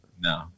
No